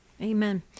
Amen